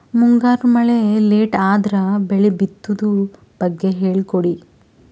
ಮುಂಗಾರು ಮಳೆ ಲೇಟ್ ಅದರ ಬೆಳೆ ಬಿತದು ಬಗ್ಗೆ ಹೇಳಿ ಕೊಡಿ?